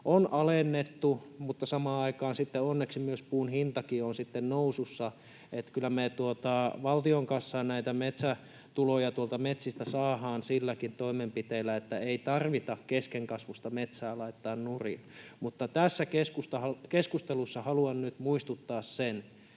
on alennettu, mutta samaan aikaan onneksi myös puun hinta on nousussa, niin että kyllä me valtion kassaan näitä metsätuloja tuolta metsistä saadaan sellaisillakin toimenpiteillä, että ei tarvitse keskenkasvuista metsää laittaa nurin. Mutta tässä keskustelussa haluan nyt muistuttaa siitä,